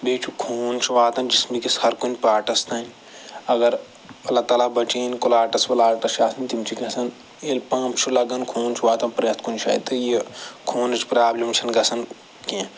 بیٚیہِ چھُ خوٗن چھُ واتان جسمٕکِس ہر کُنہِ پاٹس تام اگر اللہ تعلیٰ بچٲیِن کُلاٹٕس وُلاٹٕس چھِ آسان تِم چھِ گژھان ییٚلہِ پمپ چھُ لگن خوٗن چھُ واتان پرٛٮ۪تھ کُنہِ جاے تہٕ یہِ خۄنٕچ پرٛابلِم چھَنہٕ گَژھان کیٚنٛہہ